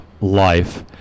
life